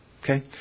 Okay